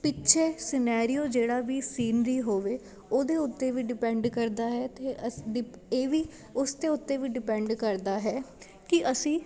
ਪਿੱਛੇ ਸਨੈਰੀਓ ਜਿਹੜਾ ਵੀ ਸੀਨਰੀ ਹੋਵੇ ਉਹਦੇ ਉੱਤੇ ਵੀ ਡਿਪੈਂਡ ਕਰਦਾ ਹੈ ਅਤੇ ਅਸੀਂ ਇਹ ਵੀ ਉਸ ਦੇ ਉੱਤੇ ਵੀ ਡਿਪੈਂਡ ਕਰਦਾ ਹੈ ਕਿ ਅਸੀਂ